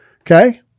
Okay